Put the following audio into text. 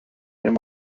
with